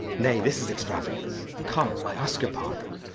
nay, this is extravagance. come, i ask your pardon.